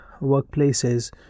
workplaces